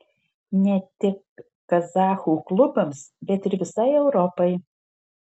ne tik kazachų klubams bet ir visai europai